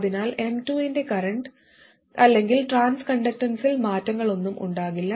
അതിനാൽ M2 ന്റെ current അല്ലെങ്കിൽ ട്രാൻസ്കണ്ടക്റ്റൻസിൽ മാറ്റങ്ങളൊന്നും ഉണ്ടാകില്ല